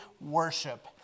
worship